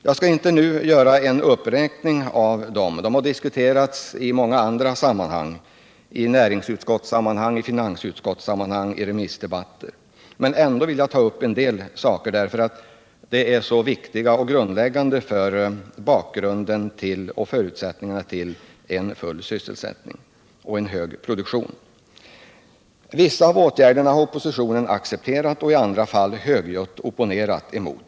Jag skall inte nu göra en uppräkning av dem, då de har diskuterats i många andra sammanhang —i näringsutskottet, i finansutskottet och i remissdebatter. Vissa av åtgärderna har oppositionen accepterat och andra högljutt opponerat mot.